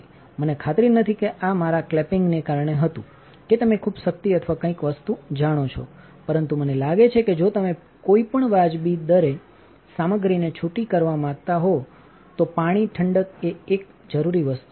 મને ખાતરી નથી કે આ મારા ક્લેમ્પિંગને કારણે હતું કે તમે ખૂબ શક્તિ અથવા કંઇક વસ્તુ જાણો છો પરંતુ મને લાગે છે કે જો તમે કોઈપણ વાજબી દરે સામગ્રીને છૂટા કરવા માંગતા હો તો પાણી ઠંડક એ એક જરૂરી વસ્તુ છે